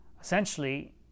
Essentially